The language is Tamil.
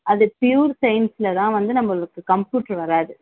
அது பியூர் சயின்ஸில் தான் வந்து நம்மளுக்கு கம்ப்யூட்டர் வராது